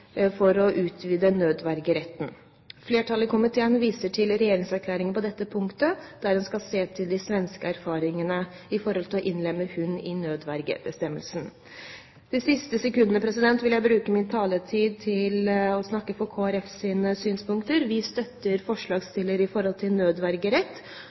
for å utvide nødvergeretten. Flertallet i komiteen viser til regjeringserklæringen på dette punktet, der en skal se til de svenske erfaringene når det gjelder å innlemme hund i nødvergebestemmelsene. De siste sekundene av min taletid vil jeg bruke til å snakke om Kristelig Folkepartis synspunkter. Vi støtter